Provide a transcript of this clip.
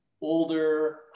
older